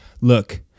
look